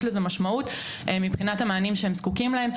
יש לזה משמעות מבחינת המענים שהם זקוקים להם.